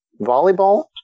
volleyball